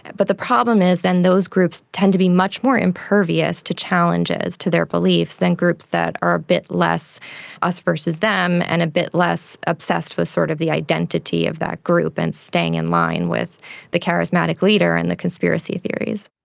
but the problem is those groups tend to be much more impervious to challenges, to their beliefs, then groups that are a bit less us versus them and a bit less obsessed with sort of the identity of that group and staying in line with the charismatic leader and the conspiracy theories.